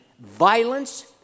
violence